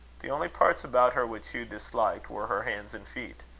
the only parts about her which hugh disliked, were her hands and feet.